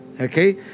Okay